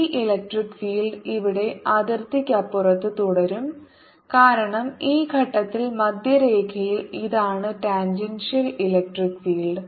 ഈ electric field ഇവിടെ അതിർത്തിക്കപ്പുറത്ത് തുടരും കാരണം ഈ ഘട്ടത്തിൽ മധ്യരേഖയിൽ ഇതാണ് ടാൻജൻഷ്യൽ ഇലക്ട്രിക് ഫീൽഡ്